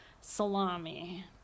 salami